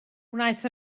wnaeth